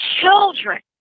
children